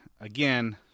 again